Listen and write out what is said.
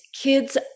kids